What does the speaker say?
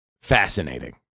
Fascinating